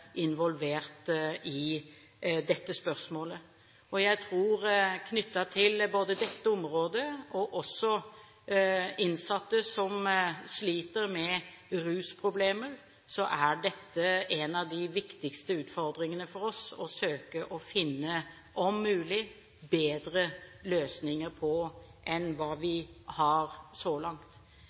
involvert i dette spørsmålet. Når det gjelder både dette området og innsatte som sliter med rusproblemer, tror jeg en av de viktigste utfordringene for oss er å søke å finne, om mulig, bedre løsninger på dette enn hva vi har klart så langt.